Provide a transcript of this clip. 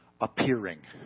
Appearing